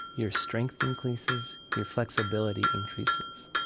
your strength increases, your flexibility increases.